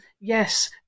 yes